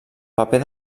paper